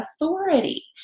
authority